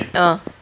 ah